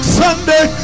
sunday